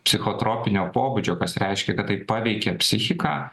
psichotropinio pobūdžio kas reiškia kad taip paveikia psichiką